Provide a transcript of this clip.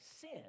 sin